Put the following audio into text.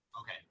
Okay